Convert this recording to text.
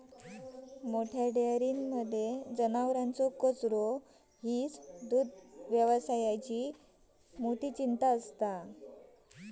मोठ्या डेयरींमध्ये जनावरांचो कचरो ही दुग्धव्यवसायातली मोठी चिंता असा